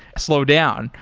slow down,